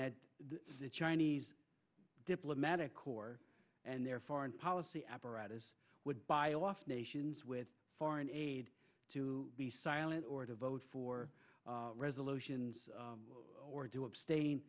that the chinese diplomatic corps and their foreign policy apparatus would buy off nations with foreign aid to be silent or to vote for resolutions or do abstain